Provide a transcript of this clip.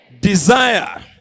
desire